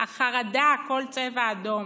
החרדה בכל צבע אדום,